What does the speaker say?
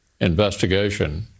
investigation